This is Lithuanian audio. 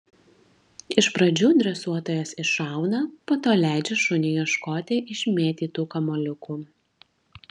iš pradžių dresuotojas iššauna po to leidžia šuniui ieškoti išmėtytų kamuoliukų